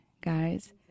guys